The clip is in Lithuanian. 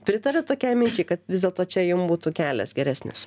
pritariat tokiai minčiai kad vis dėlto čia jum būtų kelias geresnis